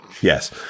Yes